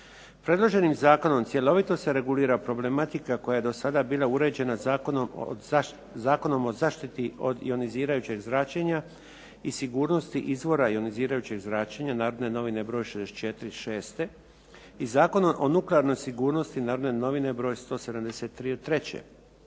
Predloženim zakonom cjelovito se regulira problematika koja je do sada bila uređena Zakonom o zaštiti od ionizirajućeg zračenja i sigurnosti izvora ionizirajućeg zračenja, "Narodne novine" br. 64/06. i Zakona o nuklearnoj sigurnosti "Narodne novine" br. 173.